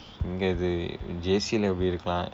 இங்க இது:ingka ithu J_C-lae இப்படி இருக்கலாம்:ippadi irukkalaam